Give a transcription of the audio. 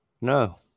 no